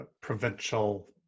provincial